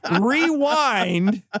rewind